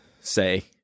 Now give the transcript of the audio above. say